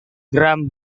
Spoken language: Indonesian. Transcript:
gram